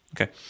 Okay